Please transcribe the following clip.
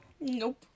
Nope